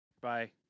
Bye